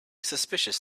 suspicious